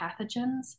pathogens